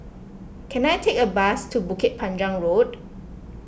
can I take a bus to Bukit Panjang Road